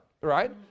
right